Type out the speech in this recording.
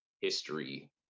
history